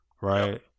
right